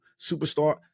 superstar